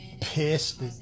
pissed